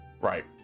right